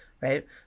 right